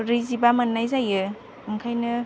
ब्रैजिबा मोननाय जायो ओंखायनो